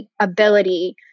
ability